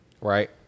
right